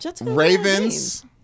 Ravens